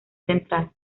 central